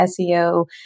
SEO